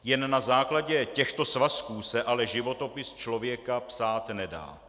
Jen na základě těchto svazků se ale životopis člověka psát nedá.